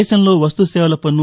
దేశంలో వస్తు సేవల పన్ను